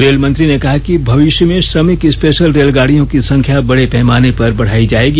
रेलमंत्री ने कहा कि भविष्य में श्रमिक स्पेशल रेलगाड़ियों की संख्या बड़े पैमाने पर बढ़ाई जाएगी